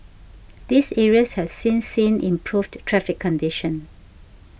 these areas have since seen improved traffic conditions